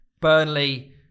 Burnley